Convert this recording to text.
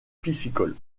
piscicole